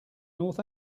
north